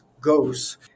goes